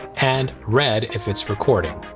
and red if it's recording.